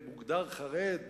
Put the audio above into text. מוגדר חרדי?